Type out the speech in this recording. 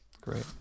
great